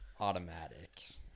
Automatics